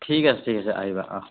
ঠিক আছে ঠিক আছে আহিবা